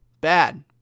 bad